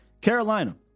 Carolina